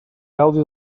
gaudi